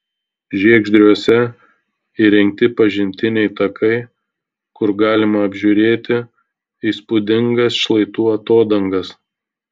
žiegždriuose įrengti pažintiniai takai kur galima apžiūrėti įspūdingas šlaitų atodangas